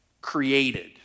created